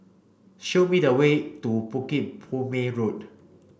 show me the way to Bukit Purmei Road